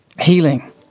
Healing